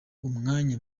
umwanya